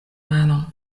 manon